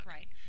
Right